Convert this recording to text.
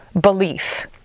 belief